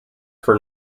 for